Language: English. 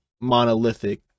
monolithic